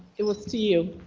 it was to you.